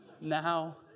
Now